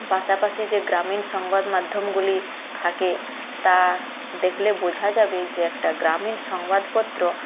পাশাপাশি যে গ্রামীণ সংবাদমাধ্যমগুলি থাকে তা দেখলে বোঝা যাবে যে একটা গ্রামীণ সংবাদপত্র